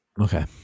Okay